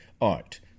art